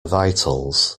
vitals